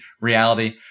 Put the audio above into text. Reality